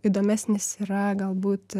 įdomesnis yra galbūt